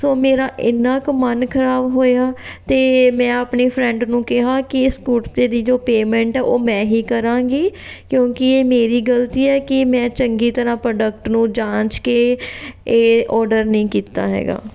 ਸੋ ਮੇਰਾ ਇੰਨਾਂ ਕੁ ਮਨ ਖਰਾਬ ਹੋਇਆ ਅਤੇ ਮੈਂ ਆਪਣੀ ਫਰੈਂਡ ਨੂੰ ਕਿਹਾ ਕਿ ਇਸ ਕੁੜਤੇ ਦੀ ਜੋ ਪੇਮੈਂਟ ਹੈ ਉਹ ਮੈਂ ਹੀ ਕਰਾਂਗੀ ਕਿਉਂਕਿ ਇਹ ਮੇਰੀ ਗਲਤੀ ਹੈ ਕਿ ਮੈਂ ਚੰਗੀ ਤਰ੍ਹਾਂ ਪ੍ਰੋਡਕਟ ਨੂੰ ਜਾਂਚ ਕੇ ਇਹ ਔਰਡਰ ਨਹੀਂ ਕੀਤਾ ਹੈਗਾ